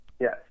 Yes